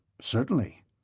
Certainly